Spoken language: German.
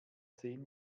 zehn